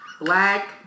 black